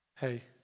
hey